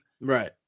Right